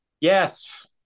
Yes